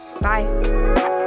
Bye